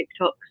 TikToks